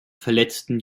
verletzten